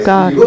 God